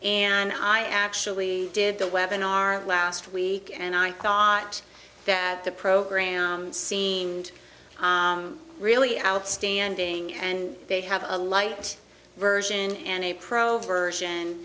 and i actually did the web in our last week and i thought that the program seemed really outstanding and they have a light version and a pro version